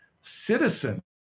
citizen